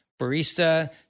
barista